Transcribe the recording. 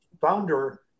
Founder